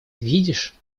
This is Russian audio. видишь